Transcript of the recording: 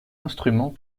instrument